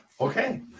Okay